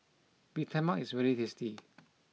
Bee Tai Mak is very tasty